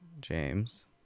James